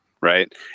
right